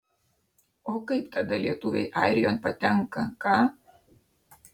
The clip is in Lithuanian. o kaip tada lietuviai airijon patenka ką